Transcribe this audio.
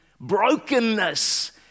brokenness